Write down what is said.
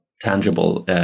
tangible